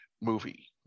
movie